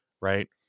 right